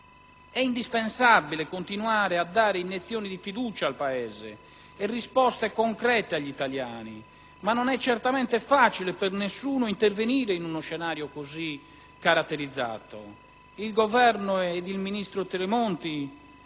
è indispensabile continuare a dare iniezioni di fiducia al Paese e risposte concrete agli italiani, ma non è certamente facile per nessuno intervenire in uno scenario così caratterizzato. Il Governo ed il ministro Tremonti